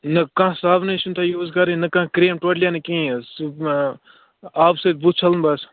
نہَ کانٛہہ صابنٕے چھِنہٕ تۄہہِ یوٗز کَرٕنۍ نہَ کانٛہہ کرٛیٖم ٹوٹلی نہٕ کِہیٖنٛۍ حظ آبہٕ سۭتۍ بُتھ چھَلُن بَس